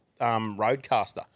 Roadcaster